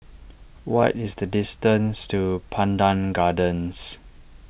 what is the distance to Pandan Gardens